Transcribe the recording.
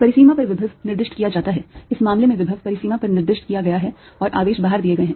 परिसीमा पर विभव निर्दिष्ट किया जाता है इस मामले में विभव परिसीमा पर निर्दिष्ट किया गया है और आवेश बाहर दिए गए हैं